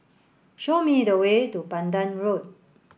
show me the way to Pandan Road